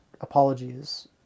apologies